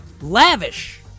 lavish